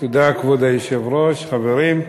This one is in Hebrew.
כבוד היושב-ראש, תודה, חברים,